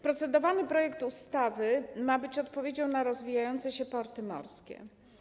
Procedowany projekt ustawy ma być odpowiedzią na rozwijające się porty morskie.